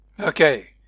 Okay